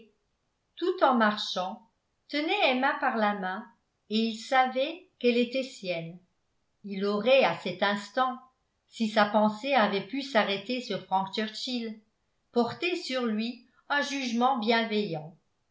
tout en marchant tenait emma par la main et il savait qu'elle était sienne il aurait à cet instant si sa pensée avait pu s'arrêter sur frank churchill porté sur lui un jugement bienveillant